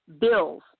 bills